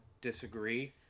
disagree